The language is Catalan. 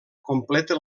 completa